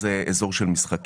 אז זה אזור של משחקים,